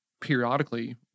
periodically